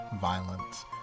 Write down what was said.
violence